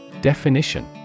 Definition